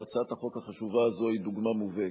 והצעת החוק החשובה הזאת היא דוגמה מובהקת.